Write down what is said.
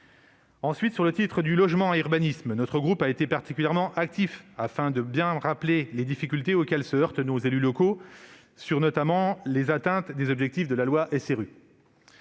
le volet relatif au logement et à l'urbanisme, notre groupe a été particulièrement actif, afin de bien rappeler les difficultés auxquelles se heurtent nos élus locaux, notamment sur les atteintes des objectifs de la loi SRU.